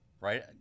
Right